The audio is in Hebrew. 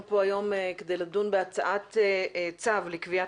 אנחנו פה היום כדי לדון בהצעת צו לקביעת